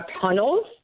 tunnels